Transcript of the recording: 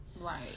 right